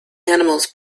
animals